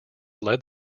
led